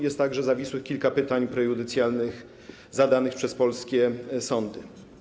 Jest także zawisłych kilka pytań prejudycjalnych zadanych przez polskie sądy.